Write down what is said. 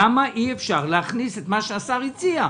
למה אי אפשר להכניס את מה שהשר הציע?